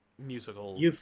musical